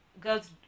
girls